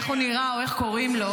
איך הוא נראה או איך קוראים לו,